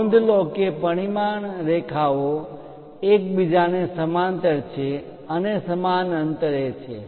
નોંધ લો કે પરિમાણ રેખાઓ એક બીજાને સમાંતર છે અને સમાન અંતરે છે